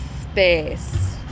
space